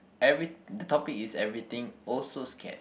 every the topic is everything also scared